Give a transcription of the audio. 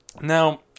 Now